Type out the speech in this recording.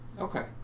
Okay